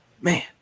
man